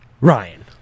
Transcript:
Ryan